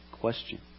question